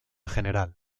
general